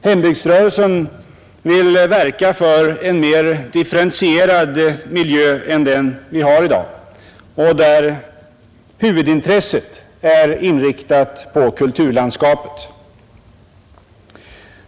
Hembygdsrörelsen har huvudintresset inriktat på kulturlandskapet.